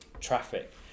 traffic